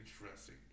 interesting